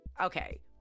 Okay